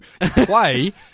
Play